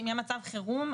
אם יהיה מצב חירום,